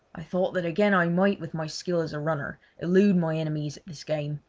i thought that again i might with my skill as a runner elude my enemies at this game,